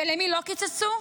ולמי לא קיצצו?